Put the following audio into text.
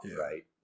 right